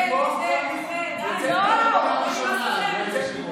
נראה לך שבקריאה ראשונה ובשלוש דקות,